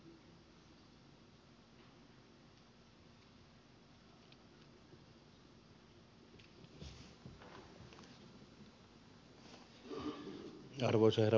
arvoisa herra puhemies